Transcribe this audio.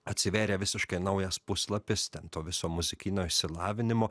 atsivėrė visiškai naujas puslapis to viso muzikinio išsilavinimo